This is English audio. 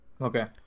Okay